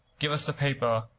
give us the paper,